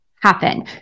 Happen